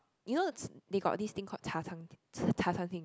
you know t~ they got this thing called 茶餐厅